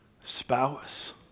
spouse